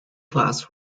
class